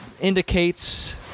indicates